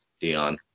Dion